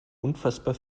unfassbar